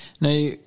Now